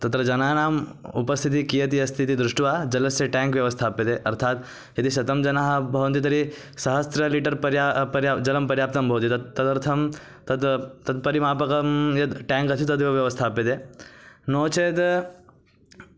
तत्र जनानाम् उपस्थितिः कियती अस्ति इति दृष्ट्वा जलस्य टेङ्क् व्यवस्थाप्यते अर्थात् यदि शतं जनाः भवन्ति तर्हि सहस्रं लीटर् पर्या पर्या जलं पर्याप्तं भवति तत् तदर्थं तद् तत्परिमापकं यद् टेङ्क् अस्ति तदेव व्यवस्थाप्यते नो चेत्